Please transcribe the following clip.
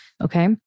Okay